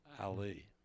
Ali